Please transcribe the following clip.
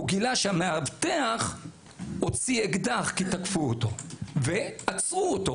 הוא גילה שהמאבטח הוציא אקדח כי תקפו אותו ועצרו אותו.